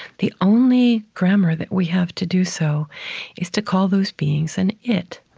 the only grammar that we have to do so is to call those beings an it.